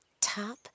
top